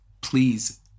please